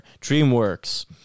DreamWorks